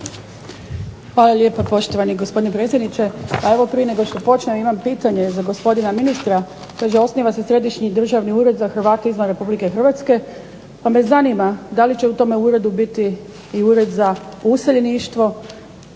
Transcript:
Hvala lijepo poštovani gospodine potpredsjedniče. Pa evo prije nego što počnem imam pitanje za gospodina ministra. Kaže osniva se Središnji državni ured za Hrvate izvan RH pa me zanima da li će u tome uredu biti i Ured za useljeništvo,